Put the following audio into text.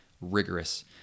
rigorous